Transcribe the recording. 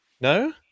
no